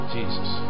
Jesus